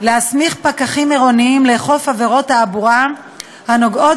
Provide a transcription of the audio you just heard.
להסמיך פקחים עירוניים לאכוף עבירות תעבורה הנוגעות